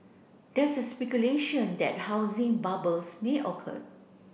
there is speculation that housing bubble may occur